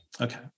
Okay